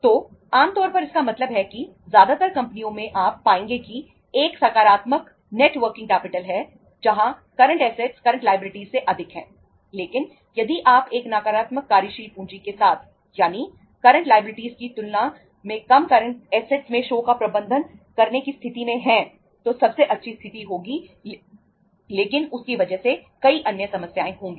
तो आमतौर पर इसका मतलब है कि ज्यादातर कंपनियों में आप पाएंगे कि एक सकारात्मक नेट वर्किंग कैपिटल में शो का प्रबंधन करने की स्थिति में हैं तो सबसे अच्छी स्थिति होगी लेकिन उसकी वजह से कई अन्य समस्याएं होंगी